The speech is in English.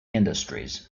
industries